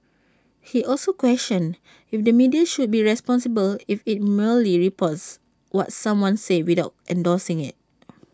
he also questioned if the media should be responsible if IT merely reports what someone says without endorsing IT